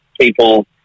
people